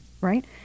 right